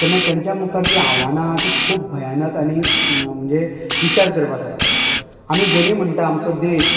तेन्ना तेंच्या मुखार जीं आव्हानां आहा तीं खूब भयानक आनी म्हणजे विचार करपा सारकीं आमी जरी म्हणटा आमचो देश